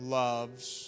loves